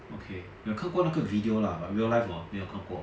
okay 我有看过那个 video lah but real life 我没有看过